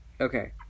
Okay